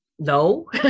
No